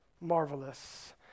marvelous